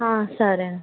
సరేండి